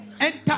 Enter